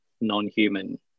non-human